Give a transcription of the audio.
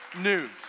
news